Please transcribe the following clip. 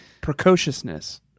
precociousness